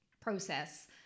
process